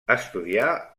estudià